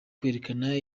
kwerekana